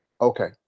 Okay